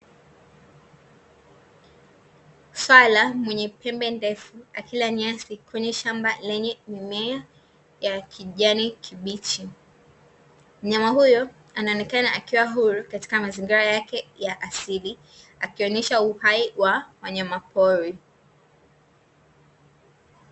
Swala mwenye pembe ndefu, akila nyasi kwenye shamba lenye mimea, ya kijani kibichi. Mnyama huyo anaonekana akiwa huru, katika mazingira yake ya asili. Akionyesha uhai wa wanyama pori.